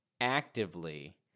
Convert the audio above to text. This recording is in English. actively